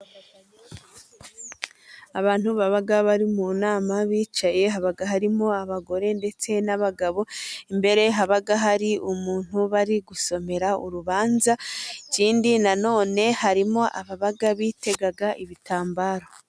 Abantu baba bari mu nama bicaye haba harimo abagore ndetse n'abagabo, imbere haba hari umuntu bari gusomera urubanza ikindi nanone harimo ababa bitega ibitambaro.